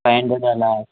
five hundred అలా